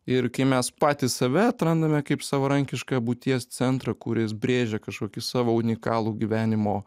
ir kai mes patys save atrandame kaip savarankišką būties centrą kuris brėžia kažkokį savo unikalų gyvenimo